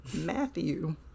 Matthew